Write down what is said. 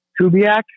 Kubiak